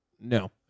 No